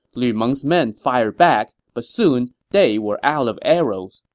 lu meng's men fired back, but soon they were out of arrows.